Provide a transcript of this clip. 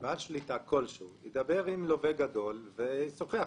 שבעל שליטה כלשהו ידבר עם לווה גדול וישוחח.